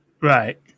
Right